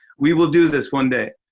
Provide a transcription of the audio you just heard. we will do this one day.